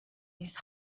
his